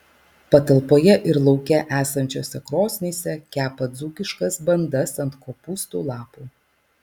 patalpoje ir lauke esančiose krosnyse kepa dzūkiškas bandas ant kopūstų lapų